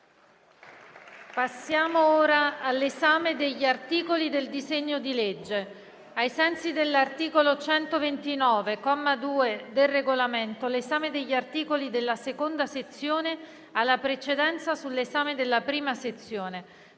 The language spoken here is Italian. Passiamo all'esame degli articoli del disegno di legge. Ai sensi dell'articolo 129, comma 2, del Regolamento, l'esame degli articoli della seconda sezione ha la precedenza sull'esame della prima sezione.